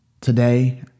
Today